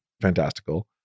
fantastical